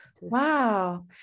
Wow